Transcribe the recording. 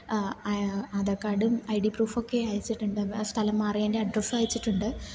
ആധാർ കാർഡും I D പ്രൂഫൊക്കെ അയച്ചിട്ടുണ്ട് സ്ഥലം മാറിയതിൻ്റെ അഡ്രസ് അയച്ചിട്ടുണ്ട്